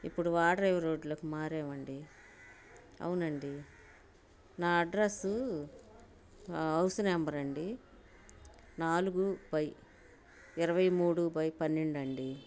ఇప్పుడు ఓడరేవు రోడ్లోకి మారాము అండి అవునండి నా అడ్రస్సు హౌస్ నెంబర్ అండి నాలుగు బై ఇరవై మూడు బై పన్నెండు అండి